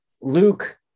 luke